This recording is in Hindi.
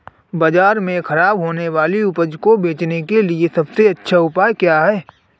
बाज़ार में खराब होने वाली उपज को बेचने के लिए सबसे अच्छा उपाय क्या हैं?